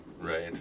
right